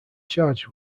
charged